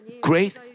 great